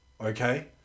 Okay